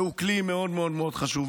שהוא כלי מאוד מאוד חשוב.